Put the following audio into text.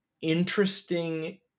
interesting